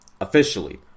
officially